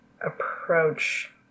approach